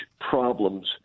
problems